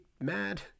mad